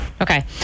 okay